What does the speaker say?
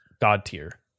God-tier